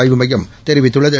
ஆய்வு மையம் தெரிவித்துள்ளது